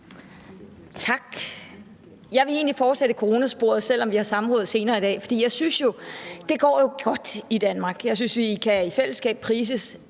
Tak. Jeg vil egentlig fortsætte ad coronasporet, selv om vi har samråd senere i dag. For jeg synes jo, at det går godt i Danmark; vi kan i fællesskab prise